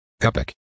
Epic